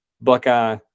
buckeye